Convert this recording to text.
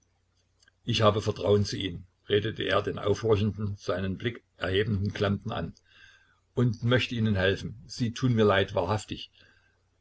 ich habe vertrauen zu ihnen redete er den aufhorchenden seinen blick erhebenden klempner an und möchte ihnen helfen sie tun mir leid wahrhaftig